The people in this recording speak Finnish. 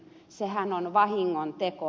sehän on vahingontekoa